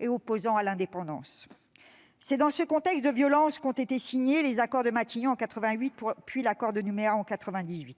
et opposants à l'indépendance. C'est dans ce contexte de violence qu'ont été signés les accords de Matignon en 1988, puis l'accord de Nouméa en 1998.